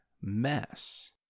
mess